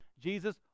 jesus